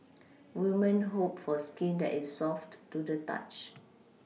women hope for skin that is soft to the touch